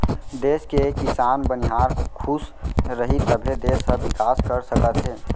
देस के किसान, बनिहार खुस रहीं तभे देस ह बिकास कर सकत हे